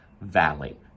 Valley